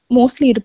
Mostly